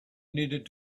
needed